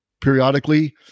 periodically